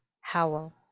Howell